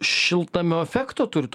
šiltnamio efekto turit